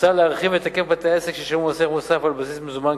הוצע להרחיב את היקף בתי-העסק שישלמו מס ערך מוסף על בסיס מזומן,